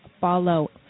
follow